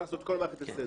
הכנסנו את כל המערכת לסדר.